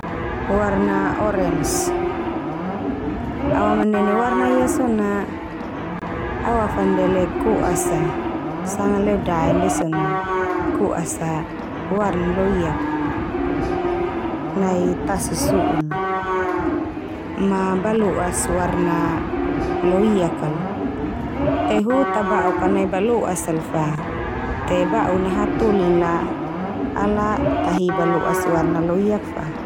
Warna orens. Awamanne warna ia so na awafandele ko'as a. Sanga leodae ndia so na ko'as a warnan lo iak. Nai tasi su'un na, ma balo'as warna loiak al, te hu ta ba'uk ka nai balo'as sal fa te ba'un na hatoli la ala ta hi warna loiak fa.